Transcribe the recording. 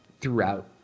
throughout